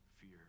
fear